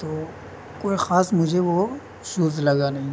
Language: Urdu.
تو کوئی خاص مجھے وہ شوز لگا نہیں